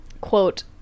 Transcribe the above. quote